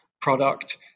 product